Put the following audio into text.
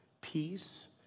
peace